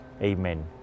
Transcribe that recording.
Amen